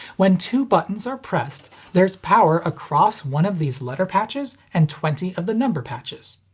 when two buttons are pressed, there's power across one of these letter patches, and twenty of the number patches.